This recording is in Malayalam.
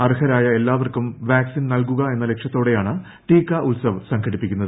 അർഹരായ എല്ലാവർക്കും വാക്സിൻ നൽകുക എന്ന ലക്ഷ്യത്തോടെയാണ് ടീക്ക ഉത്സവ് സംഘടിപ്പിക്കുന്നത്